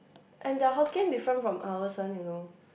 and their Hokkien different from ours one you know